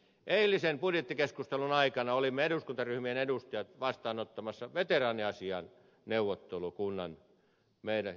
eilisen budjettikeskustelun aikana olimme me eduskuntaryhmien edustajat vastaanottamassa veteraaniasiain neuvottelukunnan meille tuomaa haastetta